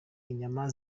inyama